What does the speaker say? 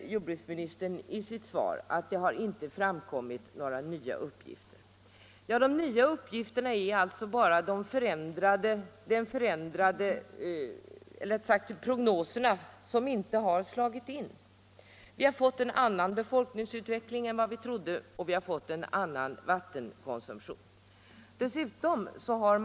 Jordbruksministern säger i sitt svar att det inte har framkommit några nya uppgifter. De nya uppgifterna är alltså att prognoserna inte har slagit in. Vi har fått en annan befolkningsutveckling och en annan vattenkonsumtion än vi väntade.